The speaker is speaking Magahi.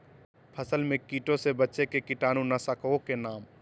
फसल में कीटों से बचे के कीटाणु नाशक ओं का नाम?